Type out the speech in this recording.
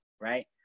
right